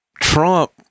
Trump